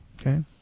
Okay